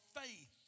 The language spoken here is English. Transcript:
faith